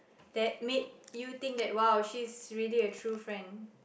that made you think that !wow! she is really a true friend